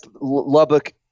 Lubbock